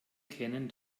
kennen